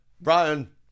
Brian